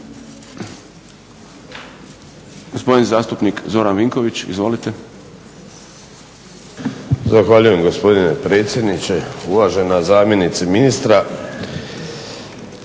Gospodin zastupnik Zoran Vinković, izvolite. **Vinković, Zoran (HDSSB)** Zahvaljujem gospodine predsjedniče, uvažena zamjenice ministra.